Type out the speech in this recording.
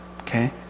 Okay